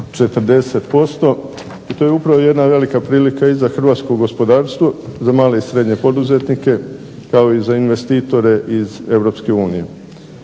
40%, to je upravo jedna velika prilika i za hrvatsko gospodarstvo, za male i srednje poduzetnike, kao i za investitore iz